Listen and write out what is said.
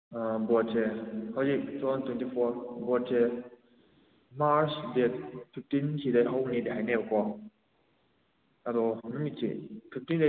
ꯑꯥ ꯚꯣꯠꯁꯦ ꯍꯧꯖꯤꯛ two thousand twenty four ꯚꯣꯠꯁꯦ ꯃꯥꯔꯁ ꯗꯦꯠ ꯐꯤꯐꯇꯤꯟ ꯁꯤꯗꯩ ꯍꯧꯅꯦꯗꯤ ꯍꯥꯏꯅꯩꯌꯦꯕꯀꯣ ꯑꯗꯣ ꯅꯨꯃꯤꯠꯁꯦ ꯐꯤꯐꯇꯤꯟꯗꯒꯤꯗꯤ ꯍꯧꯅꯦꯗꯤ